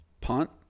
punt